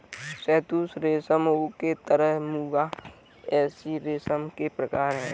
शहतूत रेशम ओक तसर मूंगा एरी रेशम के प्रकार है